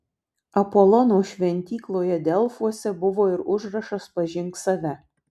apolono šventykloje delfuose buvo ir užrašas pažink save